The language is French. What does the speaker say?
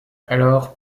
alors